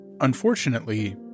Unfortunately